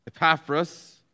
Epaphras